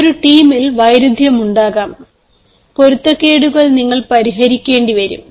ഒരു ടീമിൽ വൈരുദ്ധ്യമുണ്ടാകും പൊരുത്തക്കേടുകൾ നിങ്ങൾ പരിഹരിക്കേണ്ടി വരും